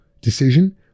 decision